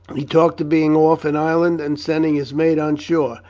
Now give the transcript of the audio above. he talked of being off an island and sending his mate on shore.